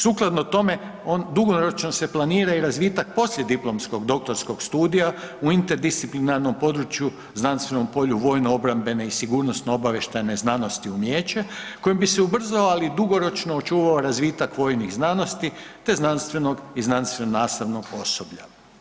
Sukladno tome, on dugoročno se planira i razvitak poslijediplomskog doktorskog studija u interdisciplinarnom području znanstvenom polju vojno-obrambene i sigurnosno-obavještajne znanosti i umijeće, kojim bi se ubrzao, ali i dugoročno očuvao razvitak vojnih znanosti te znanstvenog i znanstveno-nastavnog osoblja.